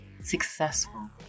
successful